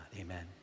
Amen